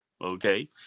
okay